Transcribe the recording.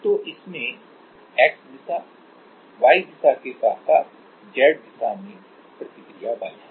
तो इसमें X दिशा Y दिशा के साथ साथ Z दिशा में प्रतिक्रिया बल हैं